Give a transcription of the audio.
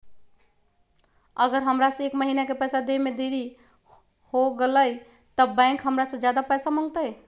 अगर हमरा से एक महीना के पैसा देवे में देरी होगलइ तब बैंक हमरा से ज्यादा पैसा मंगतइ?